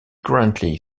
currently